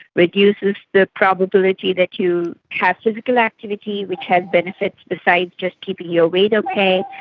reduces the probability that you have physical activity which has benefits besides just keeping your weight okay.